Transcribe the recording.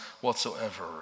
whatsoever